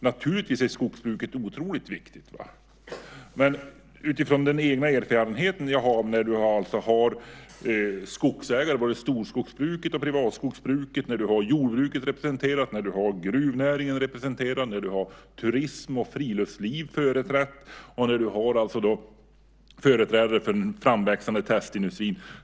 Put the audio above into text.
Naturligtvis är skogsbruket otroligt viktigt, men utifrån den erfarenhet jag själv har gäller det skogsägare, både storskogsbruket och privatskogsbruket, jordbruket är representerat liksom gruvnäringen, turism och friluftsliv är företrätt och det finns företrädare för den framväxande testindustrin.